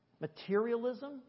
materialism